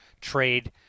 trade